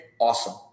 awesome